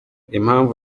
impamvu